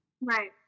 Right